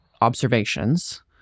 observations